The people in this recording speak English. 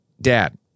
Dad